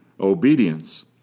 obedience